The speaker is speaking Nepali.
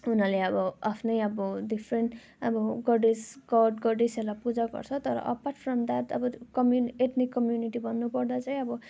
उनीहरूले अब आफ्नो अब डिफ्रेन्ट अब गडेस गड गडेसहरूलाई पूजा गर्छ तर अपार्ट फ्रम ड्याट अब त कम्युनिटी एथनिक कम्युनिटी भन्नु पर्दा चाहिँ अब